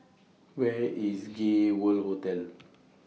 Where IS Gay World Hotel